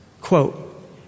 Quote